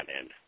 end